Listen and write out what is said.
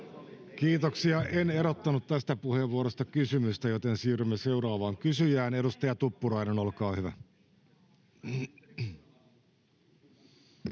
Kiitoksia. — En erottanut tästä puheenvuorosta kysymystä, joten siirrymme seuraavaan kysyjään. — Edustaja Tuppurainen, olkaa hyvä.